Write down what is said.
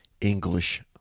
English